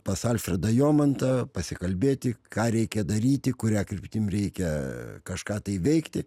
pas alfredą jomantą pasikalbėti ką reikia daryti kuria kryptim reikia kažką tai veikti